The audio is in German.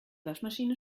waschmaschine